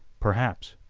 perhaps,